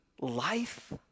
life